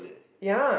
yeah